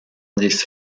this